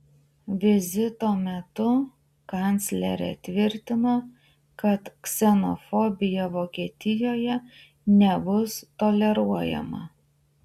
vizito metu kanclerė tvirtino kad ksenofobija vokietijoje nebus toleruojama